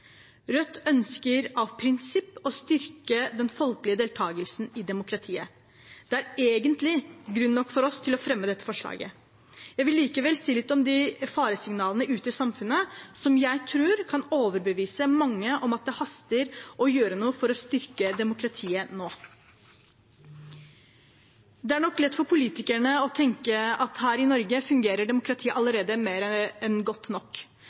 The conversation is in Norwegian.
Rødt ønsker av prinsipp å styrke den folkelige deltagelsen i demokratiet. Det er egentlig grunn nok for oss til å fremme dette forslaget. Jeg vil likevel si litt om de faresignalene ute i samfunnet som jeg tror kan overbevise mange om at det haster å gjøre noe for å styrke demokratiet nå. Det er nok lett for politikerne her i Norge å tenke at demokratiet allerede fungerer mer enn godt nok.